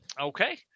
Okay